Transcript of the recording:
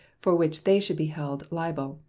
for which they should be held liable.